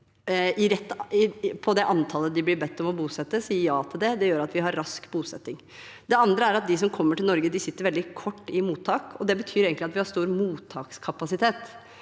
til det antallet de blir bedt om å bosette. Det gjør at vi har rask bosetting. Det andre er at de som kommer til Norge, sitter veldig kort i mottak. Det betyr egentlig at vi har stor mottakskapasitet.